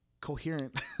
coherent